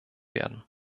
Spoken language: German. werden